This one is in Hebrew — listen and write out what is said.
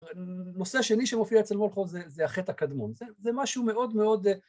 הנושא השני שמופיע אצל מולכו זה החטא הקדמון, זה משהו מאוד מאוד